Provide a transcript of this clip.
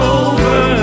over